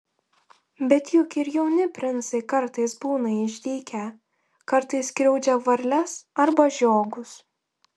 bet juk ir jauni princai kartais būna išdykę kartais skriaudžia varles arba žiogus